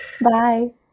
Bye